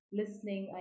listening